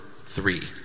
Three